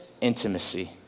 intimacy